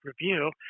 review